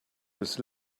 was